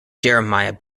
jeremiah